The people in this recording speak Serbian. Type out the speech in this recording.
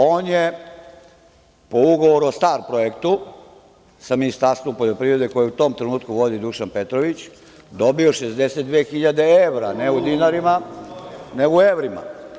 On je po ugovoru o STAR projektu, sa Ministarstvom poljoprivrede koje je u tom trenutku vodi Dušan Petrović, dobio 62.000 evra, ne u dinarima nego u evrima.